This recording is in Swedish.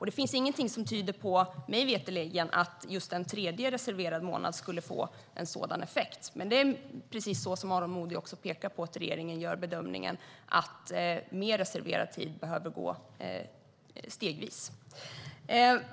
Det finns mig veterligen inget som tyder på att just en tredje reserverad månad skulle få en sådan effekt, men precis som Aron Modig pekar på gör regeringen bedömningen att mer reserverad tid behöver införas stegvis.